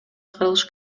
кылыш